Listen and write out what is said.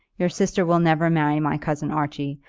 your sister will never marry my cousin archie.